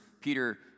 Peter